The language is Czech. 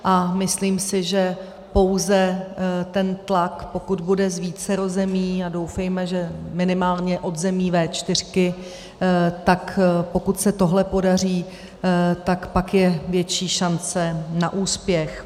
A myslím si, že pouze ten tlak, pokud bude z vícero zemí, a doufejme, že minimálně od zemí V4, tak pokud se tohle podaří, tak pak je větší šance na úspěch.